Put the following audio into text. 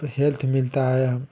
health मिलता है